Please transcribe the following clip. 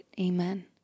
Amen